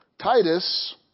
Titus